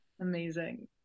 Amazing